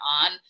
on